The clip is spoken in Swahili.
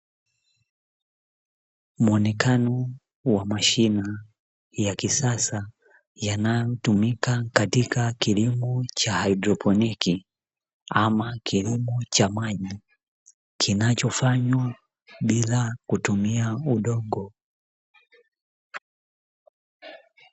Muonekano wa mashine ya kisasa inayotumika katika kilimo cha haidroponi, ama kilimo cha maji kinachofanywa bila kutumia udongo.